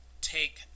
take